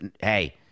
hey